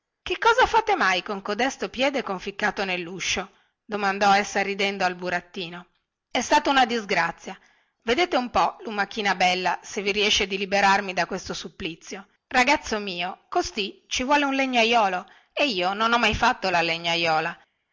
che cosa fate con codesto piede conficcato nelluscio domandò ridendo al burattino è stata una disgrazia vedete un po lumachina bella se vi riesce di liberarmi da questo supplizio ragazzo mio così ci vuole un legnaiolo e io non ho mai fatto la legnaiola